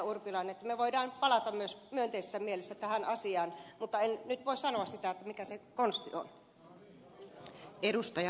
urpilainen että me voimme palata myönteisessä mielessä tähän asiaan mutta en nyt voi sanoa sitä mikä se konsti on